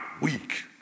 weak